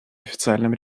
официальном